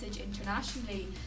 internationally